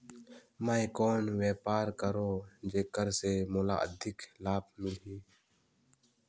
मैं कौन व्यापार करो जेकर से मोला अधिक लाभ मिलही?